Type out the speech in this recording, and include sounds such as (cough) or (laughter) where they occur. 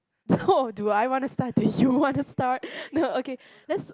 (breath) no do I want to start do you want to start no okay let's